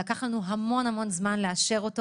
לקח לנו המון זמן לאשר,